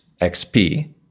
XP